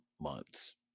months